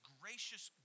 gracious